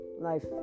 life